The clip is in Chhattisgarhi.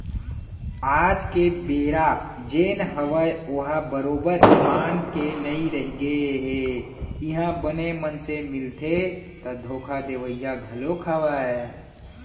आज के बेरा जेन हवय ओहा बरोबर ईमान के नइ रहिगे हे इहाँ बने मनसे मिलथे ता धोखा देवइया घलोक हवय